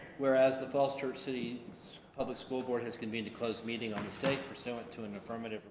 whereas the foster city public school board has convened a closed meeting on the state pursuant to an affirmative